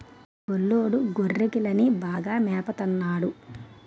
గొల్లోడు గొర్రెకిలని బాగా మేపత న్నాడు